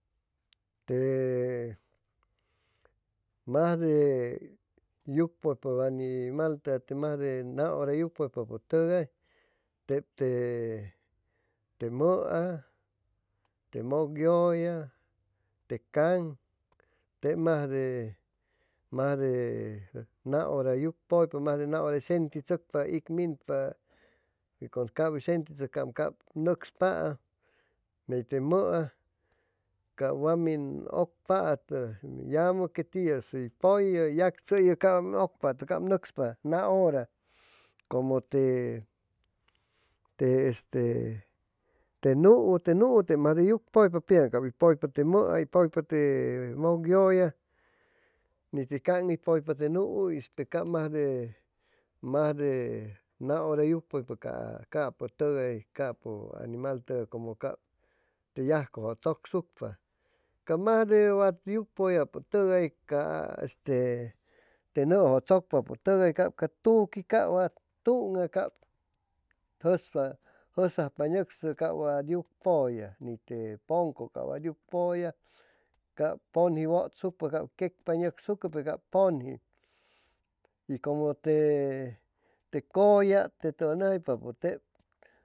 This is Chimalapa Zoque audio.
Tee masde yucpʉypap animal tʉgay te majde na hora yucpaypotogay tep te te mʉa, te mʉcllʉya, te caŋ tep majde majde na hora yucpʉypa majde na hora hʉy sentichʉcpa iq minpa y como cap hʉy sentichʉcpam cap nocspaam ney te mʉa cap wamin ʉcpatʉ yamʉ que tiʉs hʉy pʉllʉ yacchʉyʉ cap wam ocpatʉ cap nʉcspa na hʉra como te te este te nuu te nuu mas de pʉypa pitzan cap hʉy pʉypa te mʉa hʉy pʉypa te mʉcllʉya ni te can hʉy pʉypa te nuuish pe cap majde majde na hora yucpʉypa ca capʉ tʉgayney capʉ animaltʉgay cʉmʉ cap te yajcʉjʉ chʉcsucʉ ca majde wa yucpʉllapʉtʉgay ca este te nʉʉjʉ chʉcpapʉtʉgay cap wa tuŋa jʉsajpa hʉy nʉcsʉ cap wa yucpʉlla ni te pʉnco cap wa yucpʉya cap pʉnji cap pʉnji wʉtsucpa cap kecpa hʉy nʉcsucʉpe cap pʉnji y como te te cʉʉlla te tʉwan nʉmjaipapʉ tep